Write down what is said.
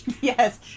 Yes